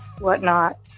whatnot